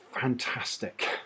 fantastic